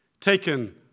taken